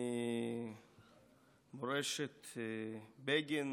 ממורשת בגין